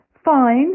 Fine